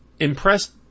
impressed